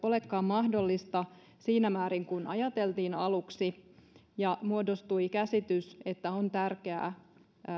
olekaan mahdollista siinä määrin kuin ajateltiin aluksi ja muodostui käsitys että on tärkeää